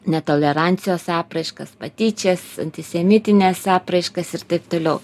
netolerancijos apraiškas patyčias antisemitines apraiškas ir taip toliau